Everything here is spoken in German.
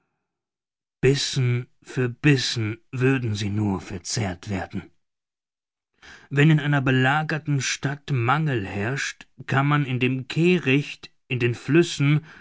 bissen für bissen würden sie nur verzehrt werden wenn in einer belagerten stadt mangel herrscht kann man in dem kehricht in den flüssen